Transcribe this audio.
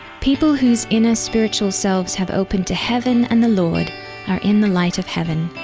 people whose inner spiritual selves have opened to heaven and the lord are in the light of heaven.